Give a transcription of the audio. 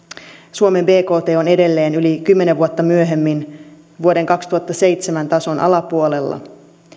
suomen bkt on edelleen yli kymmenen vuotta myöhemmin vuoden kaksituhattaseitsemän tason alapuolella